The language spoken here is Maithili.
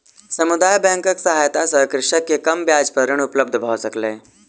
समुदाय बैंकक सहायता सॅ कृषक के कम ब्याज पर ऋण उपलब्ध भ सकलै